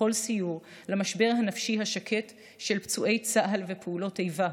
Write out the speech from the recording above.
ובכל סיור למשבר הנפשי השקט של פצועי צה"ל ופעולות האיבה,